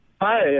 Hi